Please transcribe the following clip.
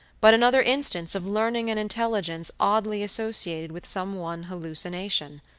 but another instance of learning and intelligence oddly associated with some one hallucination.